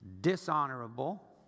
dishonorable